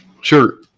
Sure